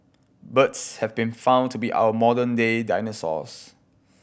birds have been found to be our modern day dinosaurs